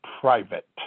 private